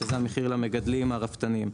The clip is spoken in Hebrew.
שזה המחיר למגדלים או הרפתנים,